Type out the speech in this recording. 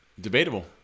Debatable